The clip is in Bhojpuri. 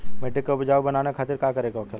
मिट्टी की उपजाऊ बनाने के खातिर का करके होखेला?